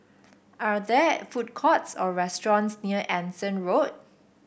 are there food courts or restaurants near Anson Road